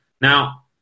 Now